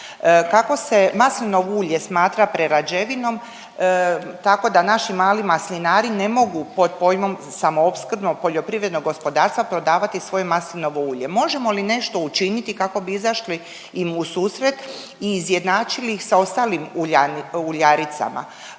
Kako se maslinovo ulje smatra prerađevinom, tako da naši mali maslinari ne mogu pod pojmom samoopskrbno poljoprivredno gospodarstvo prodavati svoje maslinovo ulje. Možemo li nešto učiniti kako bi izašli im u susret i izjednačili ih sa ostalim uljaricama.